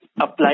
apply